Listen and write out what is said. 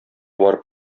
барып